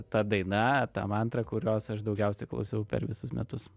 ta daina ta mantra kurios aš daugiausiai klausiau per visus metus